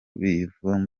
biyumvamo